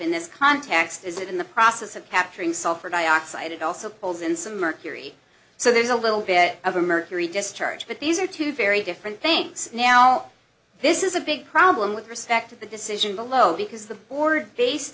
in this context is it in the process of capturing sulfur dioxide it also pulls in some mercury so there's a little bit of a mercury discharge but these two very different things now this is a big problem with respect to the decision below because the board based